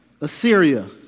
Assyria